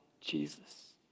Jesus